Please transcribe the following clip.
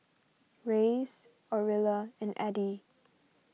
Reyes Aurilla and Addie